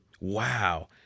Wow